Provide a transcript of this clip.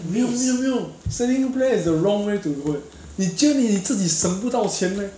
没有没有没有 saving plan is the wrong way to do it 你觉得你自己省不到钱 meh